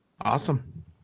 Awesome